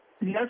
Yes